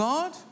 God